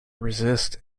resist